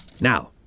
now